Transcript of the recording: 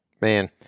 man